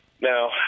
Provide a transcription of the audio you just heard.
Now